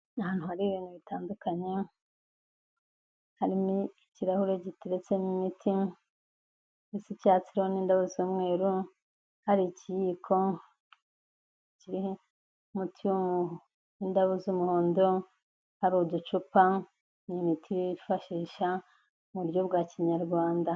Ni ahantu hari ibintu bitandukanye, harimo ikirahure giteretsemo imiti gisa icyatsi kiriho n'indabo z'umweru, hari ikiyiko kiriho umuti w'indabo z'umuhondo, hari uducupa, n'imiti bifashisha mu buryo bwa kinyarwanda.